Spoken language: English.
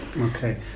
Okay